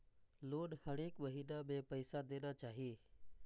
Loan हरेक महीना में पैसा देना चाहि?